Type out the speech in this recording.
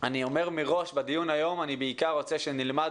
אני אומר מראש שבדיון היום אני בעיקר רוצה שנלמד